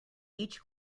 each